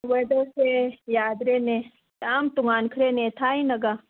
ꯋꯦꯗꯔꯁꯦ ꯌꯥꯗ꯭ꯔꯦꯅꯦ ꯌꯥꯝ ꯇꯣꯉꯥꯟꯈ꯭ꯔꯦꯅꯦ ꯊꯥꯏꯅꯒ